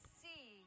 see